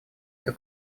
эту